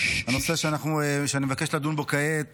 הנושא שאני מבקש לדון בו כעת